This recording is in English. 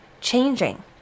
changing